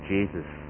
Jesus